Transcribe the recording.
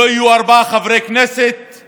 בריסוק הדמוקרטיה,